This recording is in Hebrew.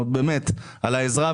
על העזרה,